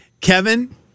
Kevin